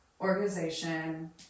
organization